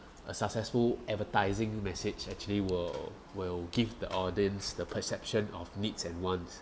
a successful advertising message actually will will give the audience the perception of needs and wants